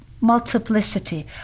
multiplicity